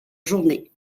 journée